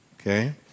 okay